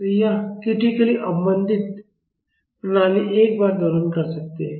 तो यह क्रिटिकल्ली अवमंदित प्रणाली एक बार दोलन कर सकती है